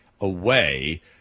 away